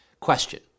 Question